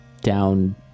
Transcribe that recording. down